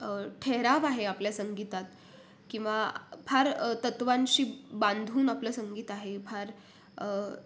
ठेहेराव आहे आपल्या संगीतात किंवा फार तत्त्वांशी बांधून आपलं संगीत आहे फार